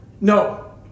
No